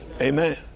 Amen